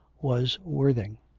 was worthing.